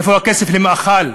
איפה הכסף למאכל,